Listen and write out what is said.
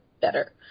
better